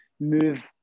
move